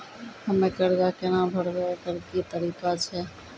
हम्मय कर्जा केना भरबै, एकरऽ की तरीका छै?